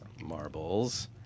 Marbles